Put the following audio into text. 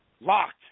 Locked